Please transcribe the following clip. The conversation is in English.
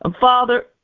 Father